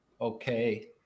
okay